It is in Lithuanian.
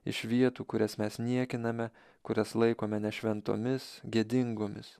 iš vietų kurias mes niekiname kurias laikome nešventomis gėdingomis